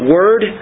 Word